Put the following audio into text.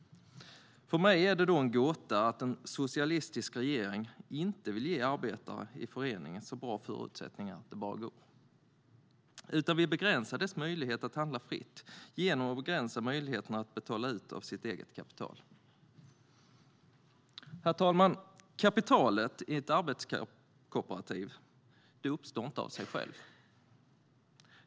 För mig är det en gåta att en socialistisk regering inte vill ge arbetare i förening så bra förutsättningar det bara går utan i stället vill begränsa deras möjligheter att handla fritt genom att begränsa deras möjligheter att betala ut av sitt eget kapital. Herr talman! Kapitalet i ett arbetskooperativ uppstår inte av sig självt.